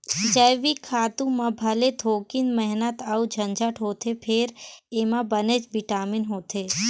जइविक खातू म भले थोकिन मेहनत अउ झंझट होथे फेर एमा बनेच बिटामिन होथे